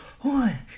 one